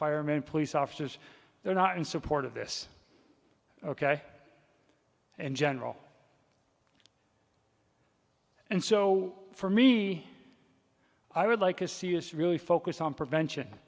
firemen police officers they're not in support of this ok in general and so for me i would like to see us really focus on prevention